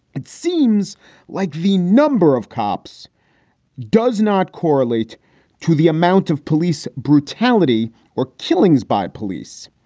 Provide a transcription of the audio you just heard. it seems like the number of cops does not correlate to the amount of police brutality or killings by police.